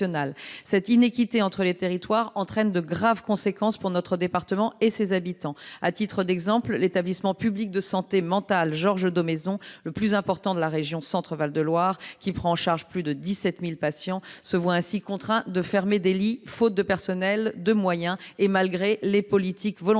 telle iniquité entre les territoires entraîne de graves conséquences pour notre département et ses habitants. À titre d’exemple, l’établissement public de santé mentale (EPSM) Georges Daumézon, le plus important de la région Centre Val de Loire, qui prend en charge plus de 17 000 patients se voit contraint de fermer des lits faute de personnels et de moyens, malgré les politiques volontaristes